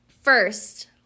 first